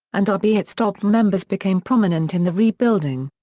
and arbeitsstab members became prominent in the rebuilding.